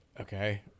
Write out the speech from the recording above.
Okay